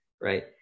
right